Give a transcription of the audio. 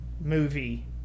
movie